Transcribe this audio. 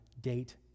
date